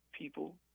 people